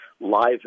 live